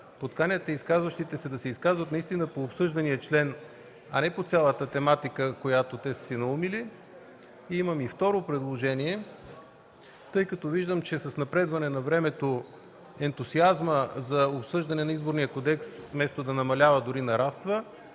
подканяте изказващите се да се изказват наистина по обсъждания член, а не по цялата тематика, която са си наумили. Имам и второ предложение. Тъй като виждам, че с напредване на времето ентусиазмът за обсъждане на Изборния кодекс вместо да намалява дори нараства,